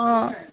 অঁ